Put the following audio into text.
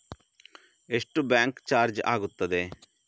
ಎಷ್ಟು bank charge ಆಗುತ್ತದೆ?